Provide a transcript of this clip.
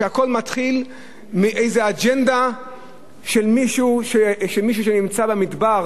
כשהכול מתחיל עם אג'נדה של מישהו שנמצא במדבר